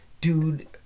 Dude